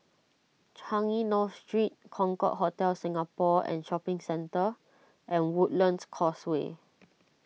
Changi North Street Concorde Hotel Singapore and Shopping Centre and Woodlands Causeway